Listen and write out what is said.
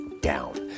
down